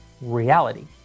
reality